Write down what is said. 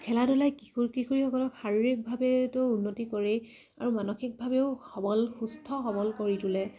খেলা ধূলাই কিশোৰ কিশোৰীসকলক শাৰীৰিকভাৱেটো উন্নতি কৰে আৰু মানসিকভাৱেও সবল সুস্থ সৱল কৰি তোলে